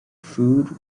food